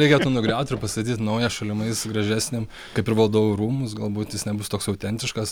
reikėtų nugriaut ir pastatyt naują šalimais gražesnį kaip ir valdovų rūmus galbūt jis nebus toks autentiškas